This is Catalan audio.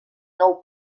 nou